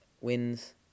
wins